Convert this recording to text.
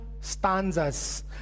stanzas